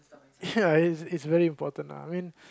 ya it's it's very important ah I mean